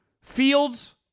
Fields